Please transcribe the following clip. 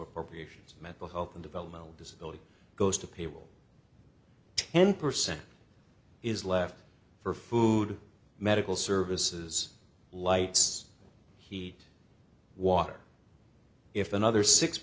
appropriations mental health and developmental disability goes to people ten percent is left for food medical services lights heat water if another six